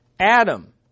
Adam